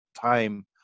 time